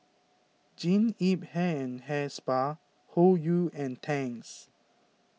Jean Yip Hair and Hair Spa Hoyu and Tangs